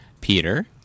Peter